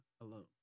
alone